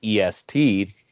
EST